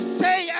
say